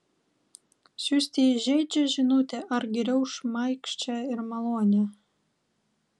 siųsti įžeidžią žinutę ar geriau šmaikščią ir malonią